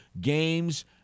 games